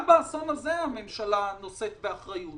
גם באסון הזה הממשלה נושאת באחריות.